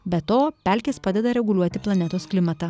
be to pelkės padeda reguliuoti planetos klimatą